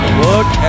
look